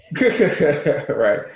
Right